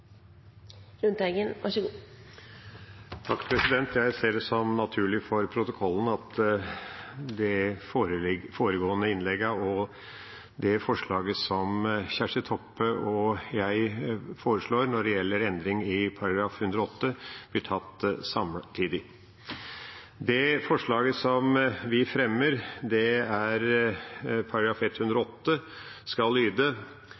Jeg ser det som naturlig for protokollen at de foregående innleggene til grunnlovsforslag 28 om endring i § 108 og forslaget fra Kjersti Toppe og meg når det gjelder endring i § 108, blir tatt samtidig. Det forslaget som vi fremmer, er at § 108 skal lyde: